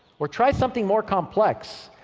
or try something more complex.